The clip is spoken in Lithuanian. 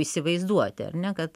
įsivaizduoti ar ne kad